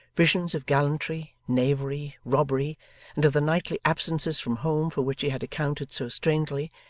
visions of gallantry, knavery, robbery and of the nightly absences from home for which he had accounted so strangely,